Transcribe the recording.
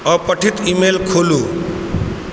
अपठित email खोलू